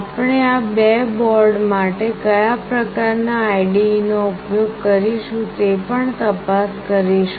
આપણે આ બે બોર્ડ માટે કયા પ્રકારનાં IDE નો ઉપયોગ કરીશું તે પણ તપાસ કરીશું